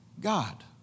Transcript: God